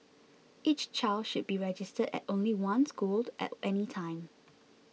each child should be registered at only one school at any time